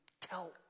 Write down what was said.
tell